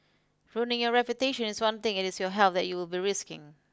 ruining your reputation is one thing it is your health that you will be risking